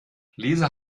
lisa